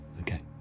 Okay